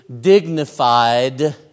dignified